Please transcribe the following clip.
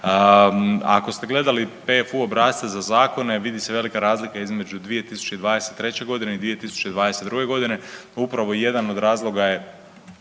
Ako ste gledati PFU obrasce za zakone, vidi se velika razlika između 2023. i 2022. g., upravo jedan od razloga je